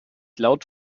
laut